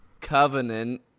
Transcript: covenant